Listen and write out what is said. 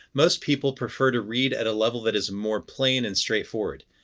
most people prefer to read at a level that is more plain and straightforward.